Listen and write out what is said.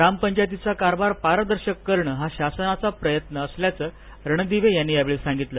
ग्रामपंचायतीचा कारभार पारर्दशक करण हा शासनाचा प्रयत्न असल्याचं रणदिवे यांनी यावेळी सांगितलं